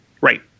Right